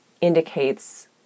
indicates